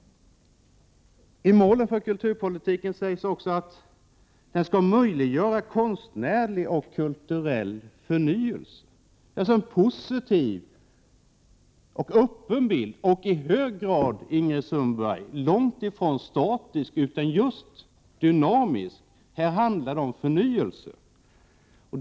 Ett mål för kulturpolitiken sägs också vara att den skall möjliggöra konstnärlig och kulturell förnyelse. Det är alltså en positiv och öppen bild, och den är i hög grad, Ingrid Sundberg, långt ifrån statisk utan just dynamisk. Här handlar det om förnyelse.